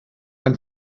ein